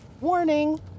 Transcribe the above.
Warning